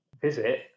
visit